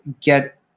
get